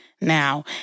now